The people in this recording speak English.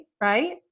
right